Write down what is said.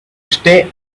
stay